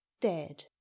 dead